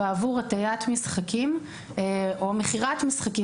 עבור הטיית משחקים או מכירת משחקים.